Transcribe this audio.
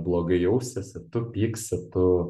blogai jausiesi tu pyksi tu